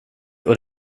och